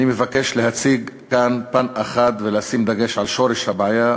אני מבקש להציג כאן פן אחד ולשים דגש על שורש הבעיה,